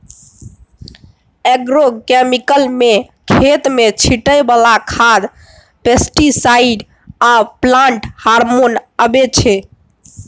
agrochemicals मे खेत मे छीटय बला खाद, पेस्टीसाइड आ प्लांट हार्मोन अबै छै